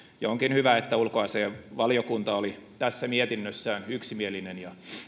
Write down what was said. onkin hyvä että ulkoasiainvaliokunta oli tässä mietinnössään yksimielinen ja